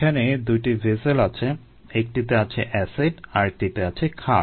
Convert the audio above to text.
এখানে দুইটি ভেসেল আছে একটিতে আছে এসিড আরেকটিতে আছে ক্ষার